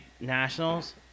Nationals